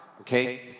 okay